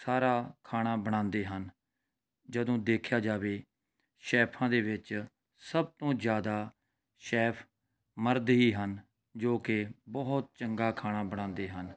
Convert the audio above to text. ਸਾਰਾ ਖਾਣਾ ਬਣਾਉਂਦੇ ਹਨ ਜਦੋਂ ਦੇਖਿਆ ਜਾਵੇ ਸ਼ੈਫਾਂ ਦੇ ਵਿੱਚ ਸਭ ਤੋਂ ਜ਼ਿਆਦਾ ਸ਼ੈਫ ਮਰਦ ਹੀ ਹਨ ਜੋ ਕਿ ਬਹੁਤ ਚੰਗਾ ਖਾਣਾ ਬਣਾਉਂਦੇ ਹਨ